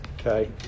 Okay